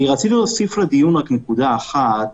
רציתי להוסיף לדיון רק נקודה אחת.